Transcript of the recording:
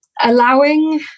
allowing